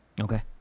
Okay